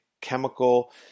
chemical